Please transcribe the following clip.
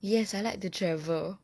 yes I like to travel